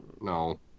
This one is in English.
no